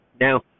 Now